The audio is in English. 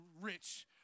rich